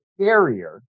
scarier